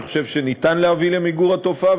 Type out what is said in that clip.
אני חושב שניתן להביא למיגור התופעה,